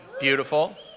Beautiful